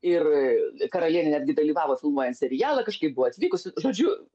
ir karalienė netgi dalyvavo filmuojant serialą kažkaip buvo atvykusi žodžiu